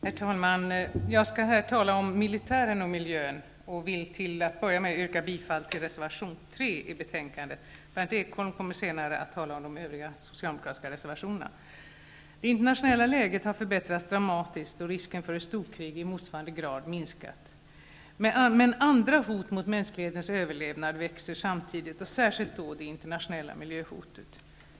Herr talman! Jag skall här tala om militären och miljön. Till att börja med vill jag yrka bifall till reservation 3. Berndt Ekholm kommer att senare tala om övriga socialdemokratiska reservationer. Det internationella läget har förbättrats avsevärt samtidigt som risken för ett storkrig i motsvarande grad har minskat. Men andra hot mot mänsklighetens överlevnad växer samtidigt, och särskilt då det internationella miljöhotet.